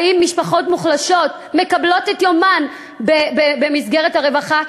האם משפחות מוחלשות מקבלות את יומן במסגרת הרווחה?